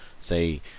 say